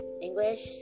English